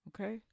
Okay